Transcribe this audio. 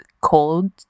cold